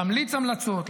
להמליץ המלצות,